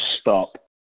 stop